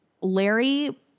Larry